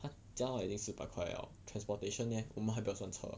他加到来已经四百块 liao transportation leh 我们还不要算车